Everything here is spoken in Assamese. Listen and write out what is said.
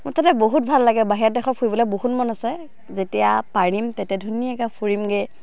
মোৰ তাতে বহুত ভাল লাগে বাহিৰত দেশৰ ফুৰিবলৈ বহুত মন আছে যেতিয়া পাৰিম তেতিয়া ধুনীয়াকৈ ফুৰিমগৈ